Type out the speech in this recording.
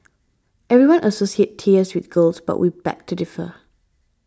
everyone associates tears with girls but we beg to differ